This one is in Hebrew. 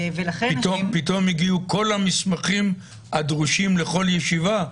פתאום הגיעו כל המסמכים הדרושים לכל ישיבה?